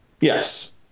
yes